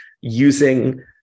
using